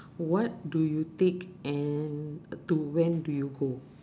what do you take and to when do you go